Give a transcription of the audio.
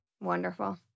Wonderful